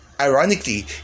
ironically